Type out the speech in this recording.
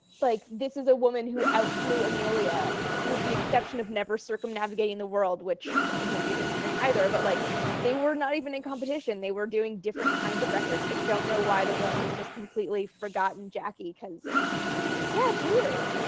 like this is a woman who flew amelia, with the exception of never circumnavigating the world, which amelia didn't finish either. but like they were not even in competition. they were doing different kinds of records. i don't know why the world has just completely forgotten jackie because yeah, it's weird.